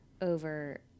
over